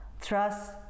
trust